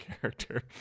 character